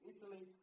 Italy